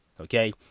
okay